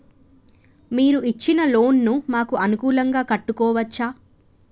మీరు ఇచ్చిన లోన్ ను మాకు అనుకూలంగా కట్టుకోవచ్చా?